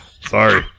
Sorry